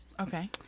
Okay